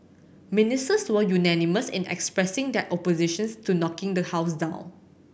ministers were unanimous in expressing their oppositions to knocking the house down